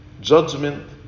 judgment